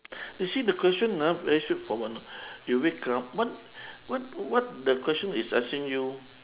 you see the question ah very straightforward you know you wake up what what what the question is asking you